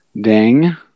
ding